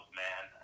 man